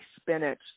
spinach